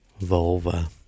Vulva